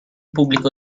pubblico